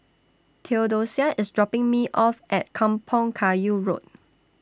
Theodosia IS dropping Me off At Kampong Kayu Road